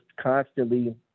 constantly